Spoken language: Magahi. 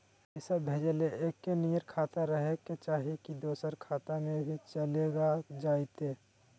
पैसा भेजे ले एके नियर खाता रहे के चाही की दोसर खाता में भी चलेगा जयते?